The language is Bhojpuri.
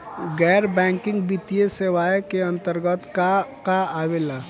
गैर बैंकिंग वित्तीय सेवाए के अन्तरगत का का आवेला?